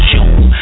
June